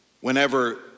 whenever